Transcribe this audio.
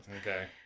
okay